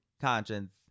conscience